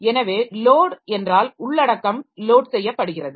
எனவே லோட் என்றால் உள்ளடக்கம் லோட் செய்யப்படுகிறது